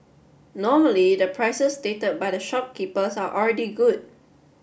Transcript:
normally the prices stated by the shopkeepers are already good